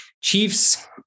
chiefs